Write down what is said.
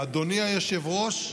אדוני היושב-ראש,